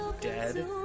dead